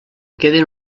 queden